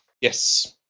Yes